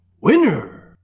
Winner